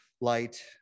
light